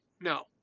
No